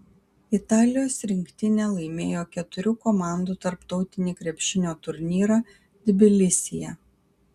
italijos rinktinė laimėjo keturių komandų tarptautinį krepšinio turnyrą tbilisyje